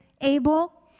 able